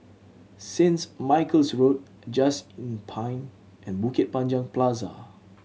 Saints Michael's Road Just Inn Pine and Bukit Panjang Plaza